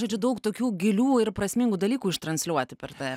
žodžiu daug tokių gilių ir prasmingų dalykų ištransliuoti per tave